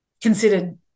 considered